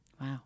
Wow